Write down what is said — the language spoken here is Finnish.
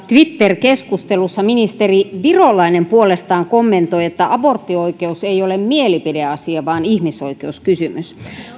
twitter keskustelussa ministeri virolainen puolestaan kommentoi että aborttioikeus ei ole mielipideasia vaan ihmisoikeuskysymys